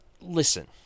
Listen